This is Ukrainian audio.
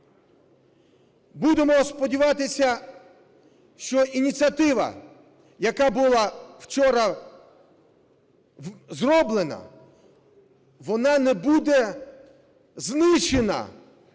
Будемо сподіватися, що ініціатива, яка була вчора зроблена, вона не буде знищена